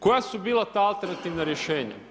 Koja su bila ta alternativna rješenja?